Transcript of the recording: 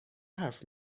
حرف